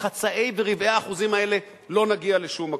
בחצאי ורבעי האחוזים האלה לא נגיע לשום מקום.